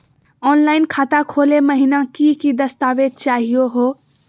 Online खाता खोलै महिना की की दस्तावेज चाहीयो हो?